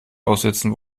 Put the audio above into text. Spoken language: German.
aussetzen